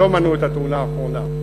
שלא מנעו את התאונה האחרונה.